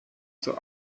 zur